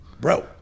bro